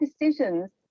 decisions